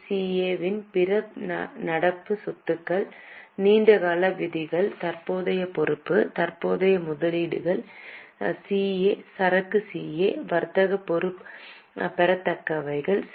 CA இன் பிற நடப்பு சொத்துக்கள் நீண்ட கால விதிகள் தற்போதைய பொறுப்பு தற்போதைய முதலீடுகள் CA சரக்கு CA வர்த்தக பெறத்தக்கவைகள் CA